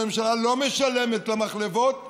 הממשלה לא משלמת למחלבות,